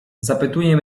zapytuje